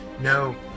No